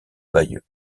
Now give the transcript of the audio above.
bayeux